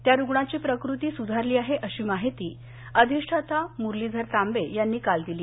त्या रुग्णाची प्रकृती सुधारली आहे अशी माहिती अधिष्ठाता मुरलीधर तांबे यांनी काल दिली